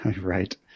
Right